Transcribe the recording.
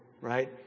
right